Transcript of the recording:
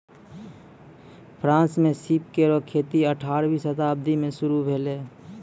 France म सीप केरो खेती अठारहवीं शताब्दी में शुरू भेलै